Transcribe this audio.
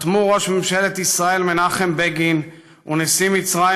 חתמו ראש ממשלת ישראל מנחם בגין ונשיא מצרים